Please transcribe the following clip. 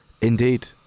Indeed